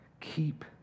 keep